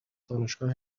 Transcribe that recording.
دانشگاه